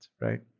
right